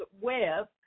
web